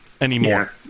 anymore